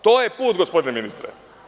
To je put gospodine ministre.